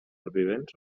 supervivents